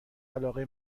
علاقه